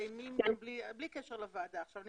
בלי קשר לוועדה עכשיו.